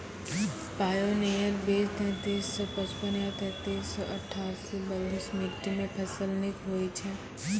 Pioneer बीज तेंतीस सौ पचपन या तेंतीस सौ अट्ठासी बलधुस मिट्टी मे फसल निक होई छै?